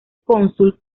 cónsul